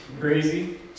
crazy